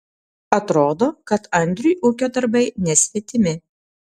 atrodo kad andriui ūkio darbai nesvetimi